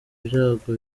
ibyago